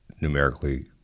numerically